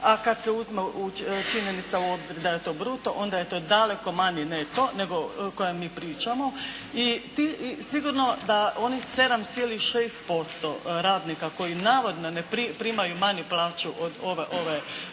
a kad se uzme činjenica u obzir da je to bruto onda je to daleko manji neto nego o kojem mi pričamo. I ti, sigurno da onih 7,6% radnika koji navodno ne, primaju manju plaću od ove